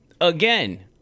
again